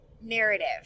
narrative